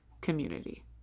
community